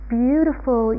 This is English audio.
beautiful